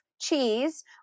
cheese